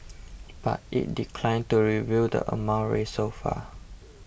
but it declined to reveal the amount raised so far